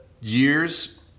years